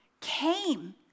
came